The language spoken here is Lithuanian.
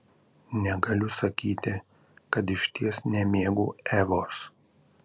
negaliu sakyti kad išties nemėgau evos